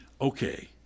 Okay